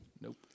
Nope